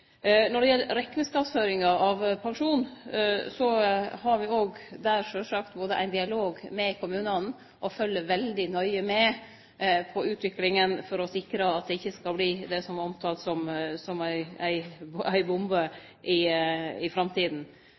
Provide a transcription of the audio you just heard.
Når det gjeld rekneskapsføringa av pensjon, har me sjølvsagt der ein dialog med kommunane. Me følgjer veldig nøye med på utviklinga for å sikre at dette ikkje skal verte det som er omtalt som ei